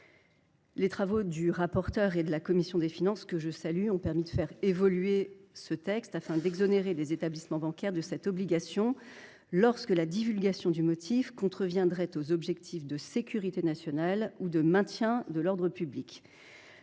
et par ses collègues de la commission des finances, que je salue, ont permis de faire évoluer le texte, afin d’exonérer les établissements bancaires de cette obligation lorsque la divulgation du motif contreviendrait aux objectifs de sécurité nationale ou de maintien de l’ordre public.